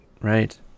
right